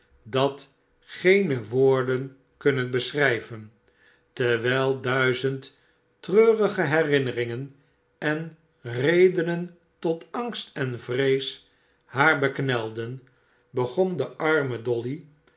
dat geene woorden kunnen beschrijven terwijl duizend treurige herinneringen en redenen tot angst envrees haar beknelden begon de arme dolly